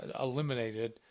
eliminated